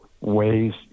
ways